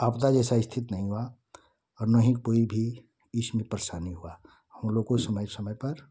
आपदा जैसा स्थित नहीं हुआ और न ही कोई भी इसमें परेशानी हुआ हम लोग को समय समय पर